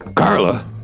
Carla